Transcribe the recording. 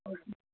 okay